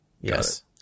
Yes